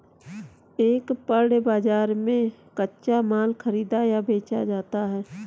एक पण्य बाजार में कच्चा माल खरीदा या बेचा जाता है